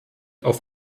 auf